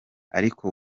ariko